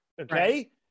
okay